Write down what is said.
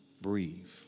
Breathe